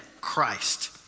Christ